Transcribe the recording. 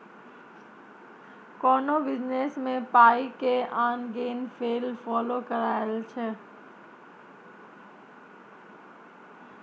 कोनो बिजनेस मे पाइ के आन गेन केस फ्लो कहाइ छै